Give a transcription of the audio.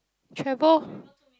travel